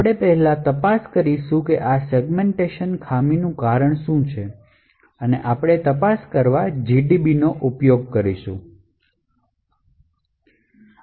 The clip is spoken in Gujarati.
આપણે પહેલા તપાસ કરીશું કે આ સેગમેન્ટેશન ખામીનું કારણ શું છે અને આપણે તપાસ કરવા gdb નો ઉપયોગ કરીશું